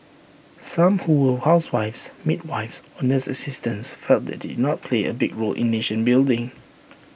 some who were housewives midwives or nurse assistants felt that they did not play A big role in nation building